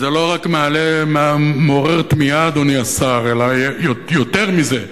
זה לא רק מעורר תמיהה, אדוני השר, אלא יותר מזה: